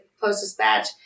Post-Dispatch